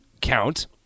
count